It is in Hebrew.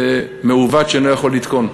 זה מעוות שאינו יכול לתקון.